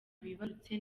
bibarutse